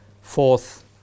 fourth